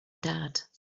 dad